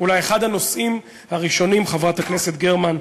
אולי אחד הנושאים הראשונים, חברת הכנסת גרמן,